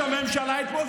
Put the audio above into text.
עומד שם ראש הממשלה אתמול,